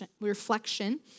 reflection